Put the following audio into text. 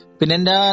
Pinenda